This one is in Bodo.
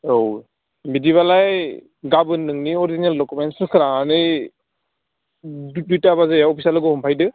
औ बिदिबालाय गाबोन नोंनि अरजिनेल दखुमेन्सफोरखो लानानै दुइथा बाजायाव अफिसाव लोगो हमफैदो